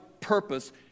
purpose